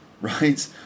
right